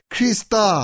Krista